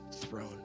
throne